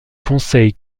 conseil